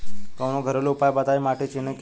कवनो घरेलू उपाय बताया माटी चिन्हे के?